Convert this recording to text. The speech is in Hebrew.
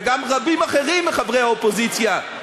וכך גם רבים אחרים מחברי האופוזיציה,